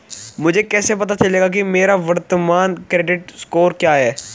मुझे कैसे पता चलेगा कि मेरा वर्तमान क्रेडिट स्कोर क्या है?